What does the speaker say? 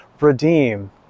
redeem